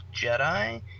Jedi